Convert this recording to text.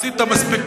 עשית מספיק.